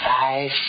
Five